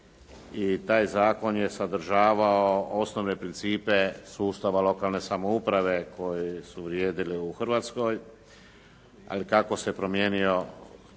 i taj zakon je sadržavao osnovne principe sustava lokalne samouprave koji su vrijedili u Hrvatskoj. Ali kako se promijenio